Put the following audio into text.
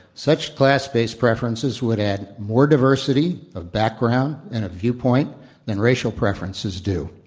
such class based preferences would add more diversity of background and of viewpoint than racial preferences do.